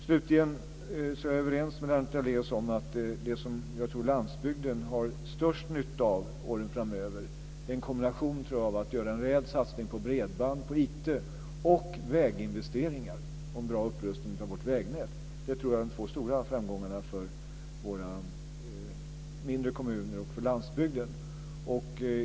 Jag är överens med Lennart Daléus om att det som landsbygden nog har störst nytta av under åren framöver är en kombination av en rejäl satsning på bredband och IT men också på väginvesteringar och en bra upprustning av vårt vägnät. Det tror jag är de två stora framgångarna för våra mindre kommuner och för landsbygden.